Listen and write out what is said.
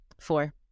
Four